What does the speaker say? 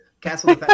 castle